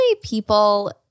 people